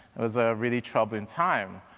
was a really troubling time.